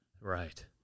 Right